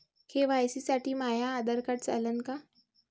KYC साठी माह्य Aadhaar card चालन का?